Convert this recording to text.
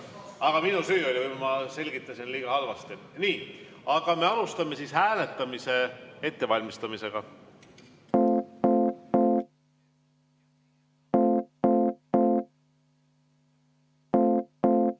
Aga minu süü oli, võib-olla ma selgitasin liiga halvasti. Nii, aga me alustame hääletamise ettevalmistamist. Head